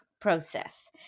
process